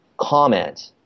comment